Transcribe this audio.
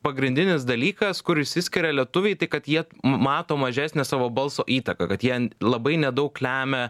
pagrindinis dalykas kur išsiskiria lietuviai tai kad jie mato mažesnę savo balso įtaką kad jie labai nedaug lemia